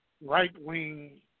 right-wing